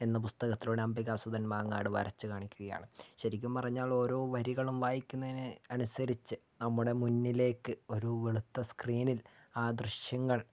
എന്ന പുസ്തകത്തിലൂടെ അംബികാസുധൻ മാങ്ങാട് വരച്ച് കാണിക്കുകയാണ് ശെരിക്കും പറഞ്ഞാൽ ഓരോ വരികളും വായിക്കുന്നതിന് അനുസരിച്ച് നമ്മുടെ മുന്നിലേക്ക് ഒരു വെളുത്ത സ്ക്രീനിൽ ആ ദൃശ്യങ്ങൾ